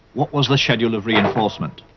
what was the schedule of reinforcement.